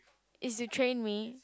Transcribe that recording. is you train me